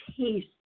taste